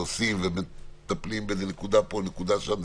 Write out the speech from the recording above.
עושים ומטפלים בנקודה פה ובנקודה שם,